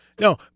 No